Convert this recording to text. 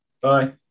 Bye